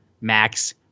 Max